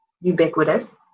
ubiquitous